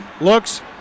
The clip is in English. looks